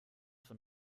von